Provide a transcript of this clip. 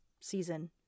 season